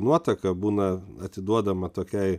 nuotaka būna atiduodama tokiai